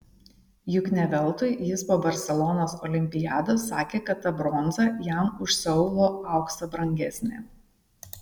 juk ne veltui jis po barselonos olimpiados sakė kad ta bronza jam už seulo auksą brangesnė